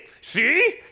see